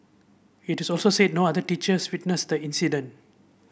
it is also said no other teachers witnessed the incident